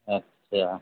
আচ্ছা